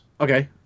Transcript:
Okay